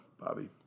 Bobby